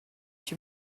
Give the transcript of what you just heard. such